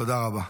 תודה רבה.